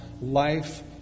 life